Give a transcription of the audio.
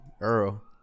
Earl